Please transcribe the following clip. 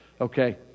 Okay